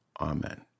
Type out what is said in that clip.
Amen